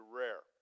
rare